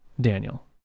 Daniel